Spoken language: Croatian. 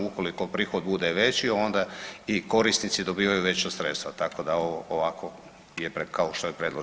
Ukoliko prihod bude veći, onda i korisnici dobivaju veća sredstva, tako da ovo ovako je kao što je predloženo.